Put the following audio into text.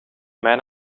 mijn